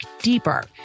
deeper